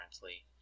currently